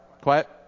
quiet